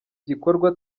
gikorwa